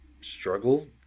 struggle